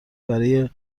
برای